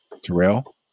Terrell